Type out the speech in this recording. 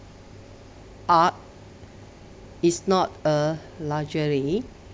art is not a luxury